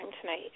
tonight